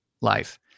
Life